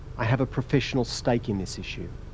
i have a professional stake in this issue.